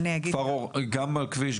תתייחסי בבקשה גם על הכביש,